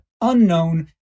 unknown